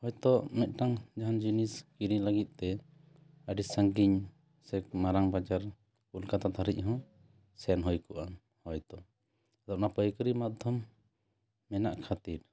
ᱦᱳᱭᱛᱚ ᱢᱤᱫᱴᱟᱝ ᱡᱟᱦᱟᱱ ᱡᱤᱱᱤᱥ ᱠᱤᱨᱤᱧ ᱞᱟᱹᱜᱤᱫ ᱛᱮ ᱟᱹᱰᱤ ᱥᱟᱺᱜᱤᱧ ᱥᱮ ᱢᱟᱨᱟᱝ ᱵᱟᱡᱟᱨ ᱠᱳᱞᱠᱟᱛᱟ ᱫᱷᱟᱹᱨᱤᱡ ᱦᱚᱸ ᱥᱮᱱ ᱦᱩᱭ ᱠᱚᱜᱼᱟ ᱦᱳᱭᱛᱳ ᱟᱫᱚ ᱚᱱᱟ ᱯᱟᱹᱭᱠᱟᱹᱨᱤ ᱢᱟᱫᱽᱫᱷᱚᱢ ᱢᱮᱱᱟᱜ ᱠᱷᱟᱹᱛᱤᱨ